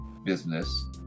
business